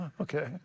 Okay